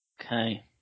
Okay